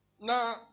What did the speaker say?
now